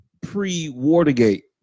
Pre-Watergate